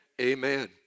Amen